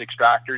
extractors